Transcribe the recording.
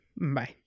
bye